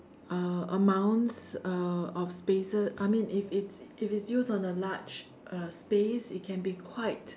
uh amounts uh of spaces I mean if it's if it's used on a large uh space it can be quite